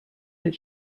that